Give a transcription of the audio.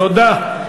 תודה.